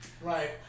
Right